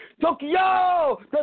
Tokyo